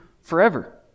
forever